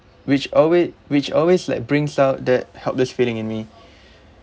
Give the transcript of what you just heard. which alway~ which always like brings out that helpless feeling in me